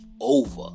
over